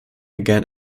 again